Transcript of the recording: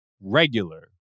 regular